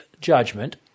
judgment